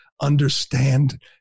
understand